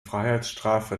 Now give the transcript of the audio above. freiheitsstrafe